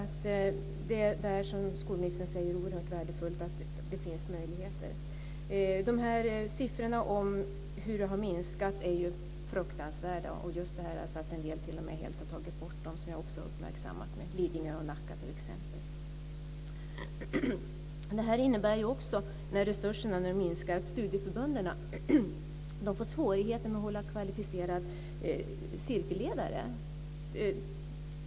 Det är alltså, som skolministern säger, oerhört värdefullt att det finns möjligheter. De siffror som visar hur det har minskat är fruktansvärda. En del kommuner har t.o.m. tagit bort stödet, som jag också har uppmärksammat. Lidingö och Nacka har t.ex. gjort det. Det här innebär också, när resurserna nu minskar, att studieförbunden får svårigheter att hålla kvalificerade cirkelledare.